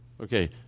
Okay